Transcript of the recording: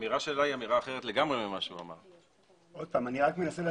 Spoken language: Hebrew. הוא אמר שהוא רוצה את